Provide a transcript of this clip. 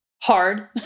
Hard